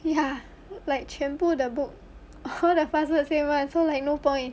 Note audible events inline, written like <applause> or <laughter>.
ya like 全部 the book <breath> all the password the same [one] so like no point